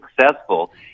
successful